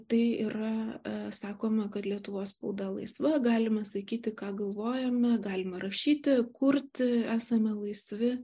tai yra sakoma kad lietuvos spauda laisva galima sakyti ką galvojame galime rašyti kurti esame laisvi